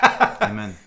Amen